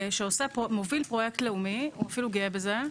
שמוביל פרויקט לאומי והוא אפילו גאה בזה.